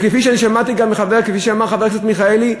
כפי ששמעתי מחבר הכנסת מיכאלי,